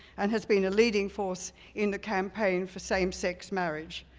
and has been a leading force in the campaign for same sex marriage.